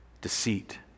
deceit